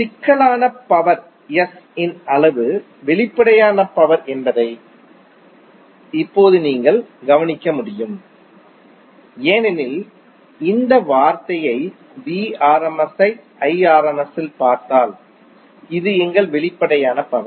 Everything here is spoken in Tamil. சிக்கலான பவர் S இன் அளவு வெளிப்படையான பவர் என்பதை இப்போது நீங்கள் கவனிக்க முடியும் ஏனெனில் இந்த வார்த்தையை Vrms ஐ Irms இல் பார்த்தால் இது எங்கள் வெளிப்படையான பவர்